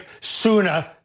sooner